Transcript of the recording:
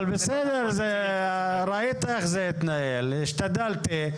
אבל בסדר, ראית איך זה התנהל, השתדלתי,